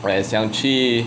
我也想去